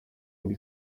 able